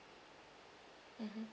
mmhmm